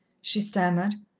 she stammered.